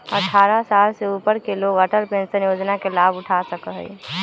अट्ठारह साल से ऊपर के लोग अटल पेंशन योजना के लाभ उठा सका हई